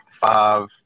five